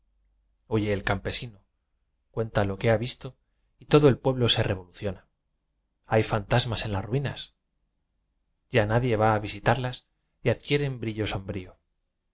huye el campesino cuenta lo que ha visto y todo el pueblo se revoluciona hay fantasmas en las rui nas ya nadie va a visitarlas y adquieren brillo sombrío